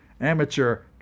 amateur